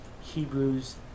Hebrews